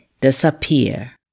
disappear